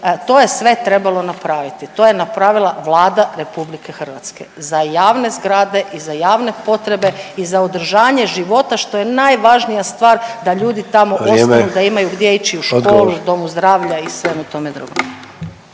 To je sve trebalo napraviti. To je napravila Vlada RH za javne zgrade i za javne potrebe i za održanje života što je najvažnija stvar da ljudi tamo ostanu, da imaju gdje ići u školu, domu zdravlja i svemu tome drugom.